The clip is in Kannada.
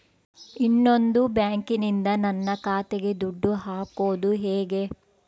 ಇನ್ನೊಂದು ಬ್ಯಾಂಕಿನಿಂದ ನನ್ನ ಖಾತೆಗೆ ದುಡ್ಡು ಹಾಕೋದು ಹೇಗೆ?